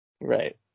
Right